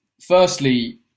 firstly